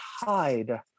hide